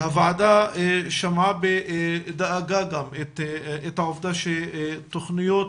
הוועדה שמעה בדאגה את העובדה שתכניות